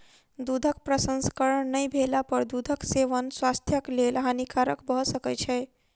दूधक प्रसंस्करण नै भेला पर दूधक सेवन स्वास्थ्यक लेल हानिकारक भ सकै छै